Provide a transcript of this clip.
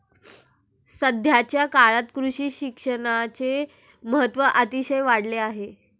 सध्याच्या काळात कृषी शिक्षणाचे महत्त्व अतिशय वाढले आहे